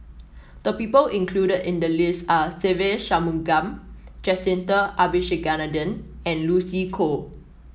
the people included in the list are Se Ve Shanmugam Jacintha Abisheganaden and Lucy Koh